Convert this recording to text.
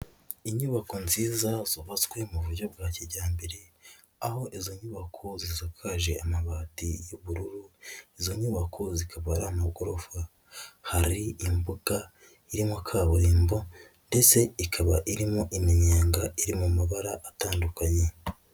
Inyubako nziza zubatswe mu buryo bwa kijyambere, aho izo nyubako zisakaje amabati y'ubururu, izo nyubako zikaba ari amagorofa. Hari imbuga irimo kaburimbo ndetse ikaba irimo iminyenga iri mu mabara atandukanye.